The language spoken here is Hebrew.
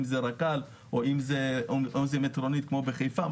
אם זה רק"ל או שמטרונית כמו בחיפה,